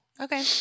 Okay